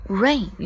rain